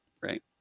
right